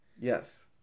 Yes